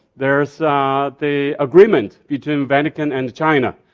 there's the agreement between vatican and china.